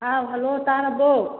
ꯑꯥꯎ ꯍꯜꯂꯣ ꯇꯥꯔꯕꯣ